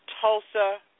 Tulsa